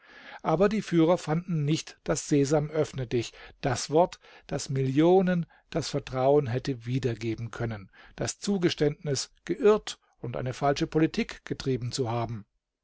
aber die führer fanden nicht das sesam öffne dich das wort das millionen das vertrauen hätte wiedergeben können das zugeständnis geirrt und eine falsche politik getrieben zu haben